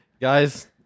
guys